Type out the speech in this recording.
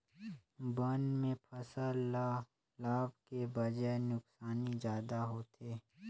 बन में फसल ल लाभ के बजाए नुकसानी जादा होथे